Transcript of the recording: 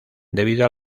debido